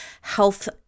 health